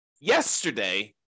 yesterday